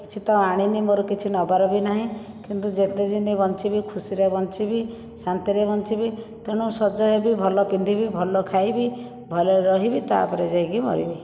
କିଛିତ ଆଣିନି ମୋର କିଛି ନେବାର ବି ନାହିଁ କିନ୍ତୁ ଯେତେ ଦିନି ବଞ୍ଚିବି ଖୁସିରେ ବଞ୍ଚିବି ଶାନ୍ତିରେ ବଞ୍ଚିବି ତେଣୁ ସଜ ହେବି ଭଲ ପିନ୍ଧିବି ଭଲ ଖାଇ ଭଲରେ ରହିବି ତା ପରେ ଯାଇକି ମରିବି